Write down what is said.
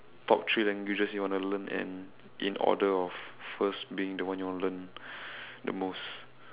top three languages you want to learn and in order of first being the one you want to learn the most